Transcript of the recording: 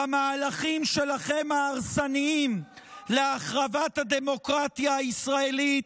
במהלכים ההרסניים שלכם להחרבת הדמוקרטיה הישראלית